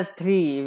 three